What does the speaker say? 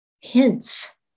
hints